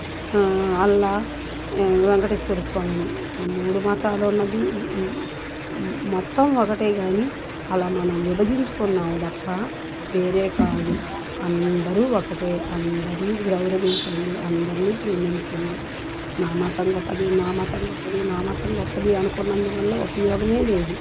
అల్లా వెంకటేశ్వర స్వామని ఈ మూడు మతాలున్నది మొత్తం ఒకటే కాని అలా మనం విభజించుకున్నాము తప్ప వేరే కాదు అందరూ ఒకటే అందరిని గౌరవించండి అందరిని ప్రేమించండి నా మతం గొప్పది నా మతం గొప్పది నా మతం గొప్పది అనుకున్నందువల్ల ఉపయోగమే లేదు